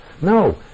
No